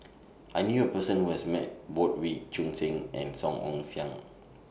I knew A Person Who has Met Both Wee Choon Seng and Song Ong Siang